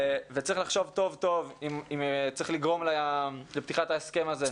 וצריך לחשוב טוב טוב אם צריך לגרום לפתיחת ההסכם הזה,